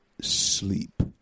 sleep